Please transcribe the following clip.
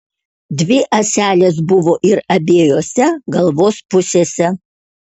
dvi ąselės buvo ir abiejose galvos pusėse